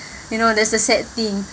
you know that's a sad thing